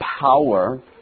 power